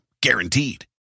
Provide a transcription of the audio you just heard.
Guaranteed